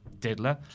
diddler